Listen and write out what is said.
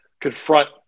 confront